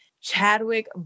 Chadwick